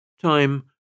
Time